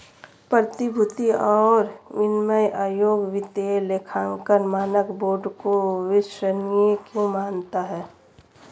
प्रतिभूति और विनिमय आयोग वित्तीय लेखांकन मानक बोर्ड को विश्वसनीय क्यों मानता है?